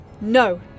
No